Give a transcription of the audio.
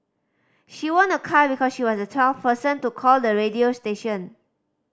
she won a car because she was the twelfth person to call the radio station